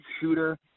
shooter